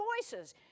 voices